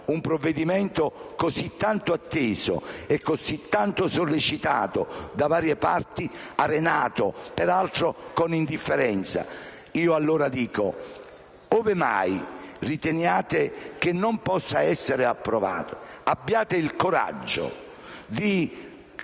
un provvedimento così tanto atteso e così tanto sollecitato da varie parti si areni, peraltro con indifferenza. Io allora vi dico: ove mai riteniate che non possa essere approvato, abbiate il coraggio di